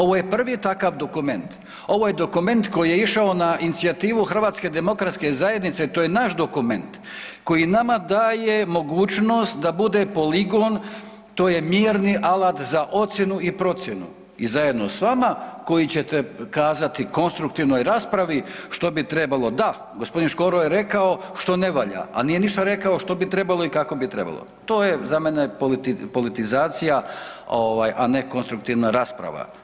Ovo je prvi takav dokument, ovo je dokument koji je išao na inicijativu HDZ-a, to je naš dokument koji nama daje mogućnost da bude poligon, to je mirni alat za ocjenu i procjenu i zajedno s vama koji ćete kazati konstruktivnoj raspravi što bi trebalo da, g. Škoro je rekao što ne valja, a nije ništa rekao što bi trebalo i kako bi trebalo, to je za mene politizacija ovaj, a ne konstruktivna rasprava.